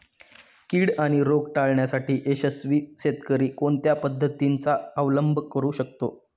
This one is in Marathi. कीड आणि रोग टाळण्यासाठी यशस्वी शेतकरी कोणत्या पद्धतींचा अवलंब करू शकतो?